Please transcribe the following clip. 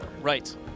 Right